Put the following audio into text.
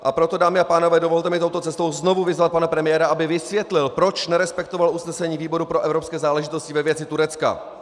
A proto mi dámy a pánové, dovolte touto cestou znovu vyzvat pana premiéra, aby vysvětlil, proč nerespektoval usnesení výboru pro evropské záležitosti ve věci Turecka.